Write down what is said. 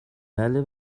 بله